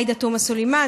עאידה תומא סלימאן,